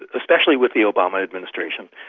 especially with the obama administration,